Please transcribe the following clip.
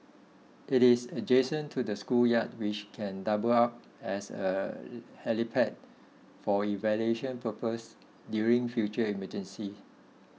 it is adjacent to the schoolyard which can double up as a helipad for evacuation purposes during future emergencies